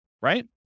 right